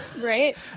Right